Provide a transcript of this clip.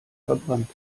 verbrannt